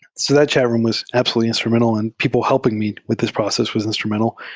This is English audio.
so that chat room was absolutely instrumental, and people helping me with this process was instrumental.